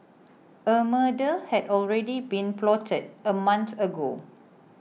a murder had already been plotted a month ago